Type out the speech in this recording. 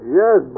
yes